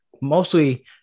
mostly